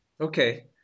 Okay